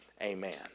Amen